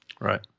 right